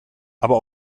aber